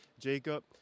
Jacob